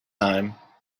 time